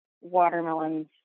watermelons